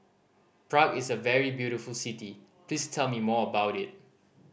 Prague is a very beautiful city please tell me more about it